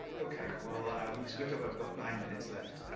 okay. well it's a good job i've got nine minutes left.